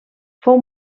fou